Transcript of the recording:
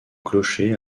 clocher